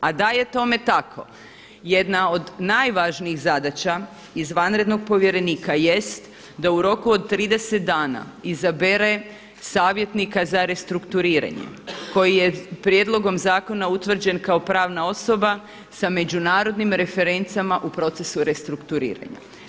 A da je tome tako, jedna od najvažnijih zadaća izvanrednog povjerenika jest da u roku od 30 dana izabere savjetnika za restrukturiranje koji je prijedlogom zakona utvrđen kao pravna osoba sa međunarodnim referencama u procesu restrukturiranja.